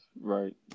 Right